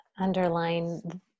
underline